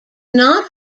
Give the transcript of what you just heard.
not